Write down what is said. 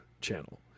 channel